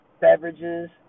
beverages